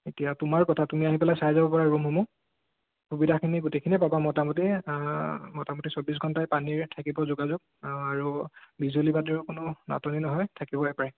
এতিয়া তোমাৰ কথা তুমি আহি পেলাই চাই যাব পাৰা ৰুমসমূহ সুবিধাখিনি গোটেইখিনিয়ে পাবা মোটামুটি মোটামুটি চৌব্বিছ ঘণ্টাই পানীৰ থাকিব যোগাযোগ আৰু বিজুলী বাতিৰো কোনো নাটনি নহয় থাকিবই প্ৰায়